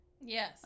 Yes